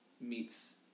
meets